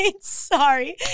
Sorry